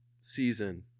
season